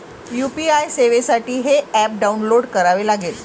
UPI सेवेसाठी हे app download करावे लागेल